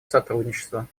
сотрудничества